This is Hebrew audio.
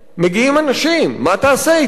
מגיעים אנשים, מה תעשה אתם?